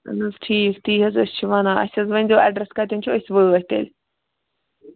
اَہَن حظ ٹھیٖک تی حظ أسۍ چھِ وَنان اَسہِ حظ ؤنی زیٚو ایٚڈریس کَتین چھُ أسۍ وٲتۍ تیٚلہِ